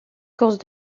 course